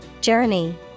Journey